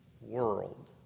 world